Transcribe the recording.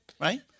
right